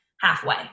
halfway